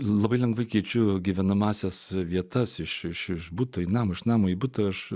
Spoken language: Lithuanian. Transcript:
labai lengva keičiu gyvenamąsias vietas iš buto namo iš namo į butą aš